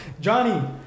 Johnny